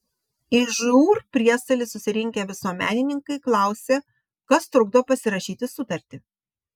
į žūr priesalį susirinkę visuomenininkai klausė kas trukdo pasirašyti sutartį